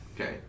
Okay